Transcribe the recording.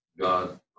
God